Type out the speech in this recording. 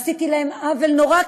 ועשיתי להם עוול נורא,